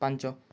ପାଞ୍ଚ